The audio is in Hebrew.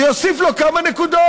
זה יוסיף לו כמה נקודות.